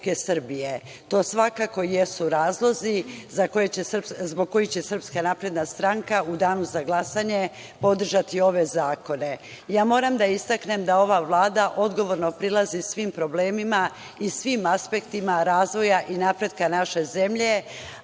To svakako jesu razlozi zbog kojih će SNS u danu za glasanje podržati ove zakone. Moram da istaknem da ova Vlada odgovorno prilazi svim problemima i svim aspektima razvoja i napretka naše zemlje